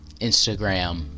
Instagram